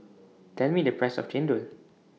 Tell Me The Price of Chendol